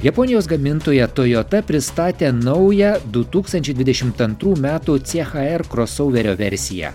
japonijos gamintoja tojota pristatė naują du tūkstančiai dvidešimt antrų metų c cha r krosauverio versiją